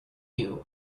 you